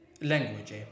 Language